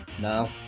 No